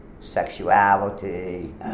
sexuality